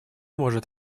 может